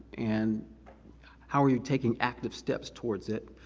and how are you taking active steps towards it.